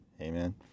Amen